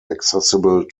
accessible